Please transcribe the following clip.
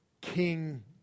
king